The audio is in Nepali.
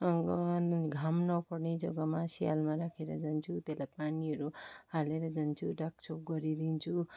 घाम नपर्ने जग्गामा सियाँलमा राखेर जान्छु त्यसलाई पानीहरू हालेर जान्छु ढाकछोप गरिदिन्छु